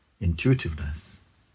intuitiveness